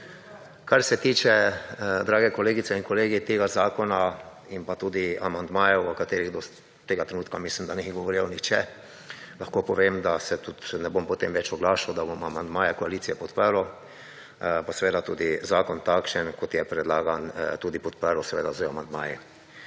Kar se tiče, drage kolegice in kolegi, tega zakona in pa tudi amandmajev, o katerih do tega trenutka, mislim, da ni govoril nihče, lahko povem, da se tudi ne bom potem več oglašal, da bom amandmaje koalicije podprl, pa seveda tudi zakon takšen kot je predlagan tudi podprl, seveda z amandmaji.